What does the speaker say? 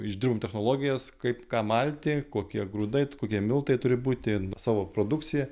išdirbom technologijas kaip ką malti kokie grūdai kokie miltai turi būti savo produkcija